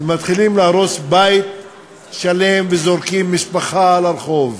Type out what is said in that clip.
ומתחילים להרוס בית שלם וזורקים משפחה לרחוב.